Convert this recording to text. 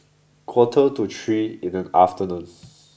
quarter to three in the afternoon